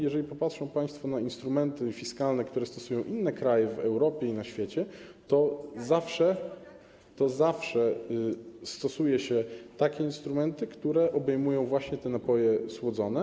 Jeżeli popatrzą państwo na instrumenty fiskalne, które stosują inne kraje w Europie i na świecie, to zawsze używa się takich instrumentów, które obejmują właśnie napoje słodzone.